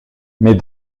mais